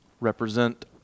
represent